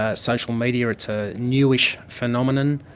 ah social media, it's a newish phenomenon.